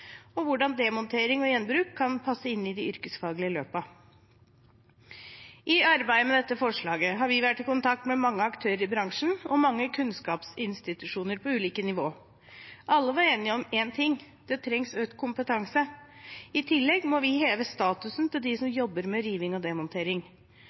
og gjenbruk kan passe inn i dei yrkesfaglege løpa». I arbeidet med dette forslaget har vi vært i kontakt med mange aktører i bransjen og mange kunnskapsinstitusjoner på ulike nivåer. Alle var enige om én ting: Det trengs økt kompetanse. I tillegg må vi heve statusen til dem som